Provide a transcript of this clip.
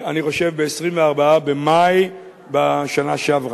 אני חושב ב-24 במאי בשנה שעברה,